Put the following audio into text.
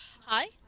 Hi